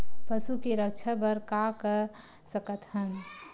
पशु के रक्षा बर का कर सकत हन?